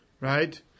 right